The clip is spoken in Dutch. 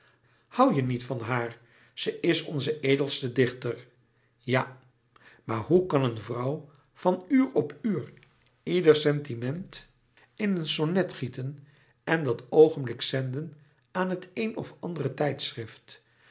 hoû je niet van haar ze is onze edelste dichter ja maar hoe kan een vrouw van uur op uur ieder sentiment in een sonnet gieten en dat oogenblikkelijk zenden aan het een of andere tijdschrift